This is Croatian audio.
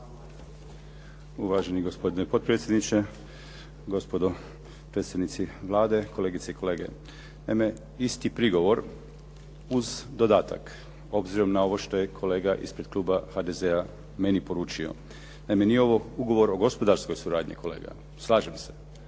Uvaženi gospodine potpredsjedniče, gospodo predstavnici Vlade, kolegice i kolege. Naime, isti prigovor uz dodatak obzirom na ovo što je kolega ispred kluba HDZ-a meni poručio. Naime, nije ovo ugovor o gospodarskoj suradnji kolega, slažem se,